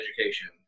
education